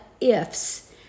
ifs